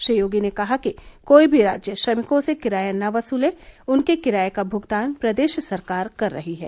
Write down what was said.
श्री योगी ने कहा कि कोई भी राज्य श्रमिकों से किराया न वसूले उनके किराये का भुगतान प्रदेश सरकार कर रही है